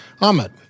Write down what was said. Ahmed